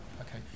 Okay